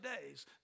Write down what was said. days